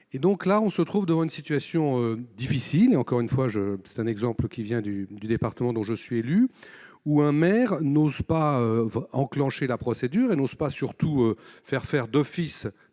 et donc là on se trouve dans une situation difficile, encore une fois je, c'est un exemple qui vient du du département, dont je suis élue ou un maire n'osent pas va enclencher la procédure et n'osent pas surtout faire faire d'office